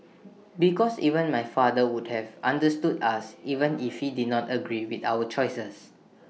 because even my father would have understood us even if he did not agree with our choices